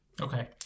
okay